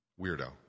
weirdo